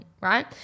Right